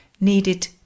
needed